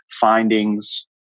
findings